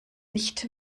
nicht